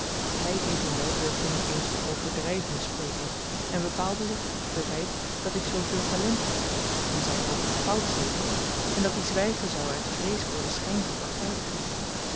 hy evenwel durfde niet eens van overdryving spreken en bepaalde zich tot het verwyt dat ik zooveel talent had in zyn oog n fout zeker en dat-i zwygen zou uit vrees voor den schyn van